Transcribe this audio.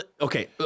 Okay